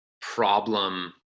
problem